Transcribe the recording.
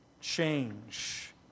change